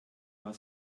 war